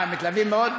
אה, הם מתלהבים מאוד?